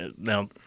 now